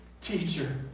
teacher